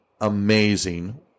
amazing